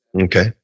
Okay